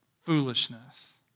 foolishness